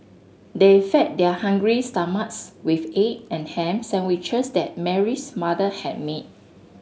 they fed their hungry stomachs with egg and ham sandwiches that Mary's mother had made